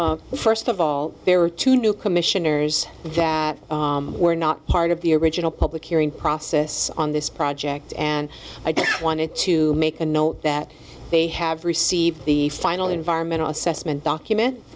first of all there were two new commissioners that were not part of the original public hearing process on this project and i just wanted to make a note that they have received the final environmental assessment document